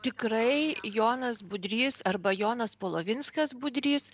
tikrai jonas budrys arba jonas polovinskas budrys